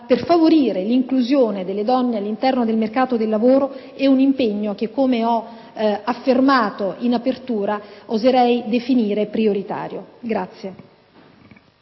per favorire l'inclusione delle donne all'interno del mercato del lavoro è un impegno che, come ho affermato in apertura, oserei definire prioritario.